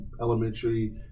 elementary